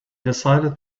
decided